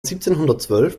siebzehnhundertzwölf